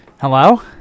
Hello